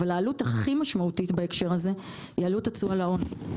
אבל העלות הכי משמעותית בהקשר הזה היא העלות התשואה להון.